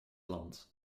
land